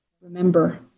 remember